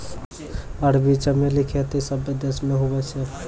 अरबी चमेली खेती सभ्भे देश मे हुवै छै